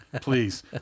Please